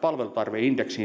palvelutarveindeksiin